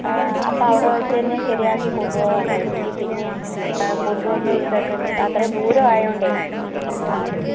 അപ്പോൾ അവിടെവെച്ചുതന്നെ ശരിയാക്കി കൊണ്ടുപോകാമല്ലോ അല്ലെങ്കിൽ പിന്നെ കൊണ്ടുവന്നു ഇതൊക്കെ അത്രയും ദൂരമായതുകൊണ്ടേ പാടല്ലേ